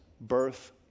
birth